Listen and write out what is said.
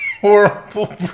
horrible